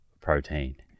protein